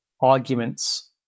arguments